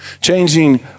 Changing